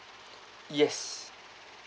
yes